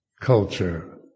culture